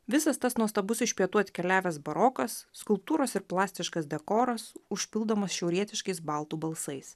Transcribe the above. visas tas nuostabus iš pietų atkeliavęs barokas skulptūros ir plastiškas dekoras užpildomas šiaurietiškais baltų balsais